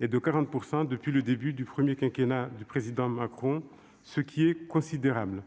et de 40 % depuis le début du premier quinquennat du président Macron, ce qui est considérable.